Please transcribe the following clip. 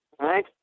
right